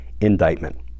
indictment